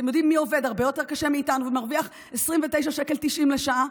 אתם יודעים מי עובד הרבה יותר קשה מאיתנו ומרוויח 29.90 שקלים לשעה?